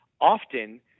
Often